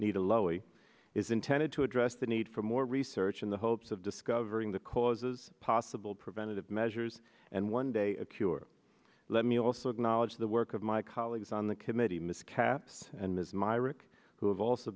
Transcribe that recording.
nita lowey is intended to address the need for more research in the hopes of discovering the causes possible preventative measures and one day a cure let me also acknowledge the work of my colleagues on the committee mr katz and ms myrick who have also